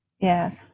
Yes